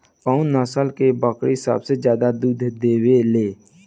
कउन नस्ल के बकरी सबसे ज्यादा दूध देवे लें?